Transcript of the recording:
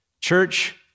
Church